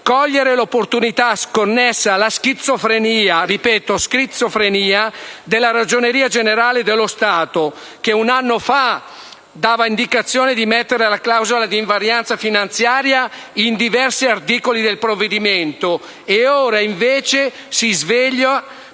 cogliere l'opportunità connessa alla schizofrenia - e ripeto schizofrenia - della Ragioneria generale dello Stato, che un anno fa dava indicazione di mettere la clausola di invarianza finanziaria in diversi articoli del provvedimento e ora invece si sveglia